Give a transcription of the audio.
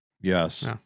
Yes